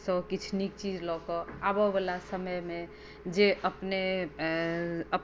सँ किछु नीक चीज लऽ कऽ आबयवला समयमे जे अपने अप